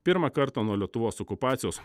pirmą kartą nuo lietuvos okupacijos